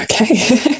Okay